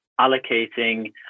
allocating